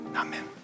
Amen